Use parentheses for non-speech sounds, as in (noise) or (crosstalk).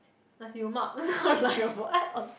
nasi-lemak (laughs) like what on